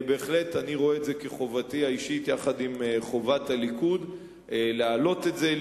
אני בהחלט רואה את זה כחובתי האישית יחד עם חובת הליכוד להעלות את זה,